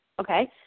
okay